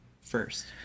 first